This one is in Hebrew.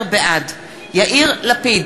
בעד יאיר לפיד,